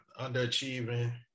underachieving